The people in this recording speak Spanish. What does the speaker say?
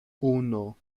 uno